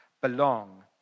belong